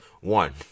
one